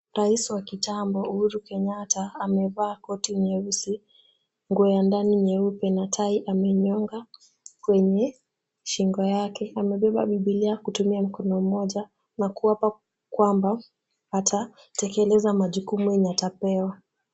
Rais wa kitambo Uhuru Kenyatta amevaa koti nyeusi, nguo ya ndani nyeupe na tai amenyonga kwenye shingo yake. Amebeba biblia kutumia mkono mmoja na kuapa kwamba atatekeleza majukumu yenye atapewa.